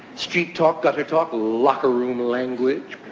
street-talk, gutter-talk, locker room language,